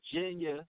Virginia